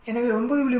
எனவே 9